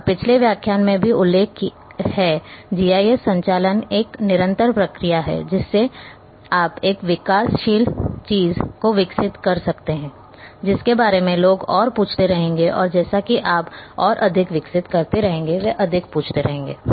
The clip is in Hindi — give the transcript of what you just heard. और पिछले व्याख्यान में भी उल्लेख है जीआईएस संचालन एक निरंतर प्रक्रिया है जिससे आप एक विकासशील चीज को विकसित कर सकते हैं जिसके बारे में लोग और पूछते रहेंगे और जैसा कि आप और अधिक विकसित करते हैं वे अधिक पूछते रहेंगे